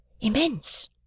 Immense